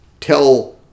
tell